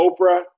Oprah